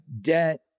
debt